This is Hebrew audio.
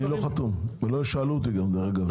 אני לא חתום וגם לא שאלו אותי, דרך אגב.